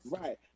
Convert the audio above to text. Right